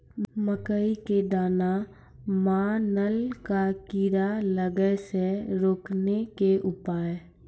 मकई के दाना मां नल का कीड़ा लागे से रोकने के उपाय?